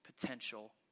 potential